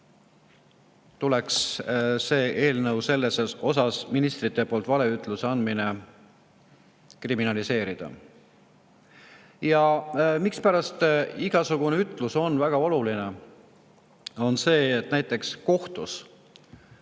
tuleks selle eelnõuga ministrite poolt valeütluste andmine kriminaliseerida. Ja mispärast igasugune ütlus on väga oluline, on see, et näiteks kohtus